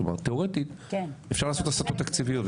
תאורטית אפשר לעשות הסטות תקציביות,